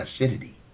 acidity